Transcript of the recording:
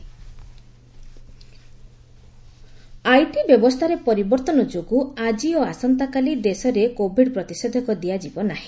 Covid vaccination IT ବ୍ୟବସ୍ଥାରେ ପରିବର୍ତ୍ତନ ଯୋଗୁଁ ଆଜି ଓ ଆସନ୍ତାକାଲି ଦେଶରେ କୋଭିଡ୍ ପ୍ରତିଷେଧକ ଦିଆଯିବ ନାହି